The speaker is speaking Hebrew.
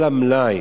כל המלאי,